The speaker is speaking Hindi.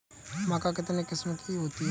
मक्का कितने किस्म की होती है?